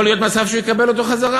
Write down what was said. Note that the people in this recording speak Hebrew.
יכול להיות מצב שהוא יקבל אותו בחזרה,